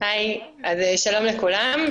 שלום לכולם,